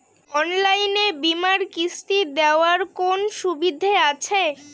অনলাইনে বীমার কিস্তি দেওয়ার কোন সুবিধে আছে?